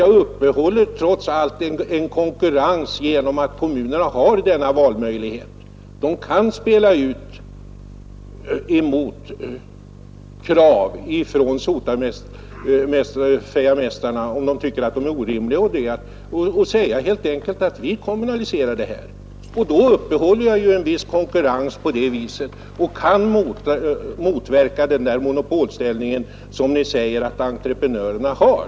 Man upprätthåller trots allt en konkurrens genom att kommunerna har denna valmöjlighet; de kan om de finner skorstensfejarmästarnas krav orimliga kommunalisera sotningsväsendet. På det sättet upprätthålls en viss konkurrens som kan motverka den monopolställning som ni säger att entreprenörerna har.